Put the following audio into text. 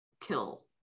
kill